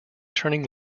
turning